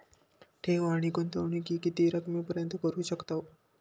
ठेव आणि गुंतवणूकी किती रकमेपर्यंत करू शकतव?